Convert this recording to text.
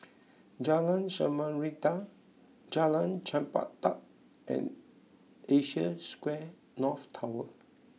Jalan Samarinda Jalan Chempedak and Asia Square North Tower